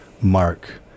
mark